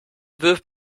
wirft